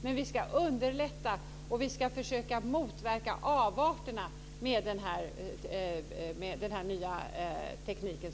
Men vi ska underlätta utvecklingen och försöka motverka avarterna av den nya tekniken.